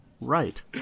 right